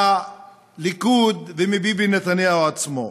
ומהליכוד ומביבי נתניהו עצמו.